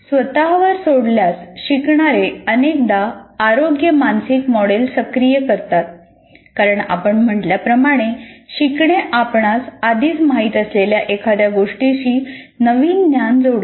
स्वतःवर सोडल्यास शिकणारे अनेकदा अयोग्य मानसिक मॉडेल सक्रिय करतात कारण आपण म्हटल्याप्रमाणे शिकणे आपणास आधीच माहित असलेल्या एखाद्या गोष्टीशी नवीन ज्ञान जोडते